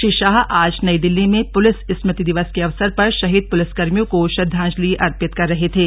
श्री शाह आज नई दिल्ली में पुलिस स्मृति दिवस के अवसर पर शहीद पुलिसकर्मियों को श्रद्धांजलि अर्पित कर रहे थे